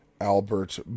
Albert